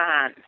on